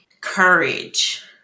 courage